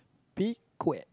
be quick